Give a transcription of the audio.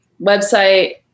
website